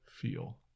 feel